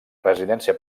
residència